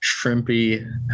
Shrimpy